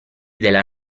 della